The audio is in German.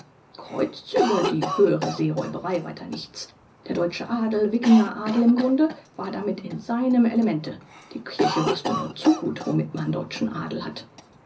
kreuzzüge die höhere seeräuberei weiter nichts der deutsche adel wikinger adel im grunde war damit in seinem elemente die kirche wußte nur zu gut womit man deutschen adel hat